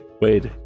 Wait